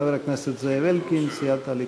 חבר הכנסת זאב אלקין מסיעת הליכוד.